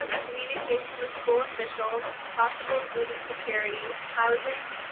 communication with school officials, possible food insecurity, housing,